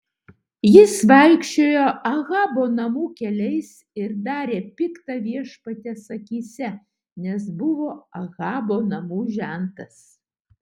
jis vaikščiojo ahabo namų keliais ir darė pikta viešpaties akyse nes buvo ahabo namų žentas